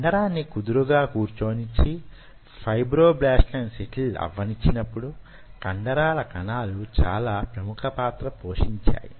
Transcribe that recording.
కండరాన్ని కుదురుగా కూర్చోనిచ్చి ఫైబ్రోబ్లాస్ట్ లను సెటిల్ అవనిచ్చినప్పుడు కండరాల కణాలు చాలా ప్రముఖ పాత్ర పోషించాయి